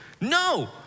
no